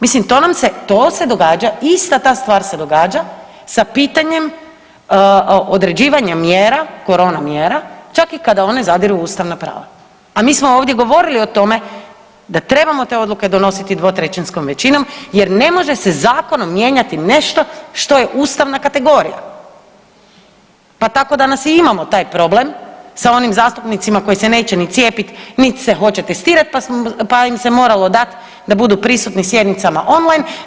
Mislim to nam se, to se događa, ista ta stvar se događa sa pitanjem određivanja mjera, korona mjera čak i kada one zadiru u ustavna prava, a mi smo ovdje govorili o tome da trebamo te odluke donositi dvotrećinskom većinom jer ne može se zakonom mijenjati nešto što je ustavna kategorija, pa tako danas i imamo taj problem sa onim zastupnicima koji se neće ni cijepit, nit se hoće testirat, pa im se moralo dat da budu prisutni sjednicama online.